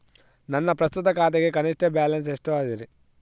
ನನ್ನ ಪ್ರಸ್ತುತ ಖಾತೆಗೆ ಕನಿಷ್ಠ ಬ್ಯಾಲೆನ್ಸ್ ಎಷ್ಟು ಅದರಿ?